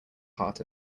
part